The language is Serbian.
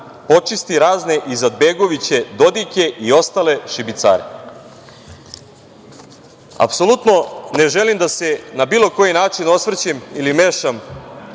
počisti razne Izetbegoviće, Dodike i ostale šibicare. Apsolutno ne želim da se na bilo koji način osvrćem ili mešam